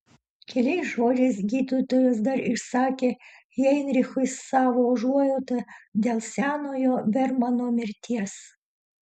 keliais žodžiais gydytojas dar išsakė heinrichui savo užuojautą dėl senojo bermano mirties